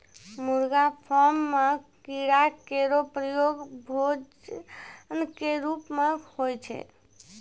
मुर्गी फार्म म कीड़ा केरो प्रयोग भोजन क रूप म होय छै